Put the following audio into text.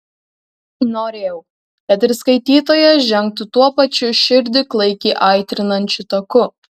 norėjau kad ir skaitytojas žengtų tuo pačiu širdį klaikiai aitrinančiu taku